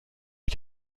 بود